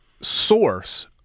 source